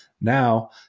Now